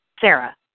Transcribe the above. Sarah